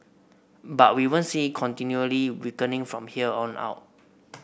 but we won't see it continually weakening from here on out